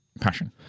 Passion